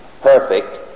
perfect